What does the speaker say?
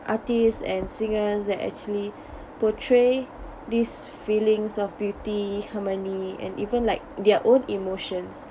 artist and singers that actually portray these feelings of beauty harmony and even like their own emotions